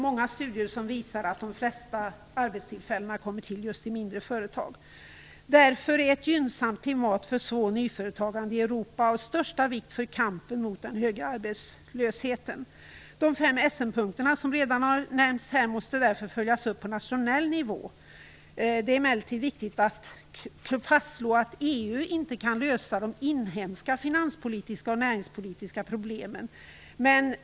Många studier visar att de flesta arbetstillfällen kommer till just i mindre företag. Därför är ett gynnsamt klimat får små och nyföretagande i Europa av största vikt för kampen mot den höga arbetslösheten. De fem Essenpunkterna som redan har nämnts här måste därför följas upp på nationell nivå. Det är emellertid viktigt att fastslå att EU inte kan lösa de inhemska finans och näringspolitiska problemen.